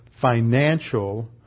financial